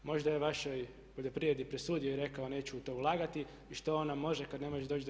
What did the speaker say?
Možda je vašoj poljoprivredi presudio i rekao neću u to ulagati i što onda ona može kad ne može doći do